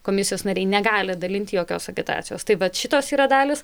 komisijos nariai negali dalint jokios agitacijos tai vat šitos yra dalys